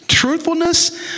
Truthfulness